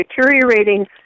deteriorating